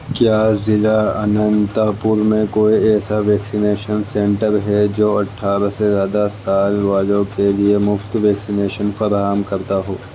کیا ضلع اننتا پور میں کوئی ایسا ویکسینیشن سنٹر ہے جو اٹھارہ سے زیادہ سال والوں کے لیے مفت ویکسینیشن فراہم کرتا ہو